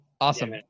Awesome